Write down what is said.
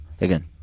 again